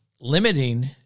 limiting